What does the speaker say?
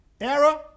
Error